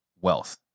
wealth